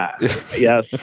Yes